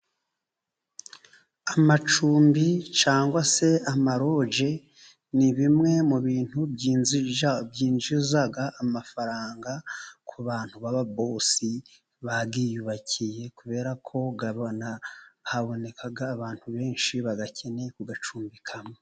Amacumbi cyangwa se amaloje, ni bimwe mu bintu byinjiza amafaranga ku bantu b'ababosi bayiyubakiye kubera ko haba haboneka abantu benshi bakeneye kuyacumbikamo.